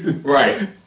Right